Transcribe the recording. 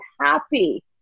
happy